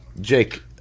Jake